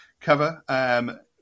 cover